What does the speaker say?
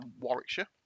Warwickshire